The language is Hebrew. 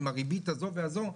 עם הריבית הזו והזו.